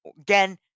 Again